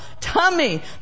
tummy